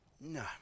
No